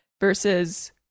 versus